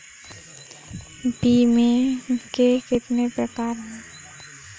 बीमे के कितने प्रकार हैं?